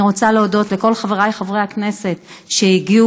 אני רוצה להודות לכל חברי חברי הכנסת שהגיעו.